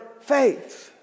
faith